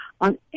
on